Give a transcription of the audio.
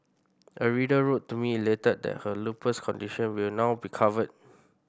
a reader wrote to me elated that her lupus condition will now be covered